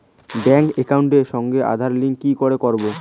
Bank একাউন্টের সঙ্গে Aadhaar link কি করে করবো?